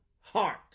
heart